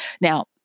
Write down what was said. Now